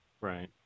right